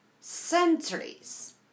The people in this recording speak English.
centuries